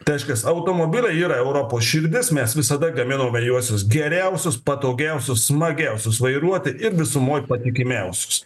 taškas automobiliai yra europos širdis mes visada gamino juosius geriausius patogiausius smagiausius vairuoti ir visumoj patikimiausius